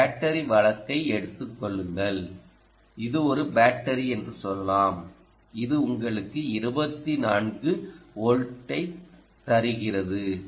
ஒரு பேட்டரி வழக்கை எடுத்துக் கொள்ளுங்கள் இது ஒரு பேட்டரி என்று சொல்லலாம் இது உங்களுக்கு 24 வோல்ட்ஐ தருகிறது